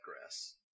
grass